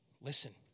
Listen